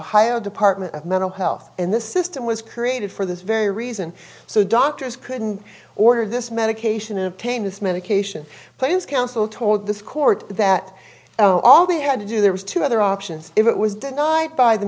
ohio department of mental health and this system was created for this very reason so doctors couldn't order this medication obtain this medication plains council told this court that oh all they had to do there was two other options if it was denied by the